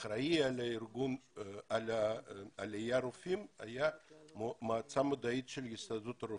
אחראית על ארגון העולים הייתה מועצה מדעית של הסתדרות הרופאים,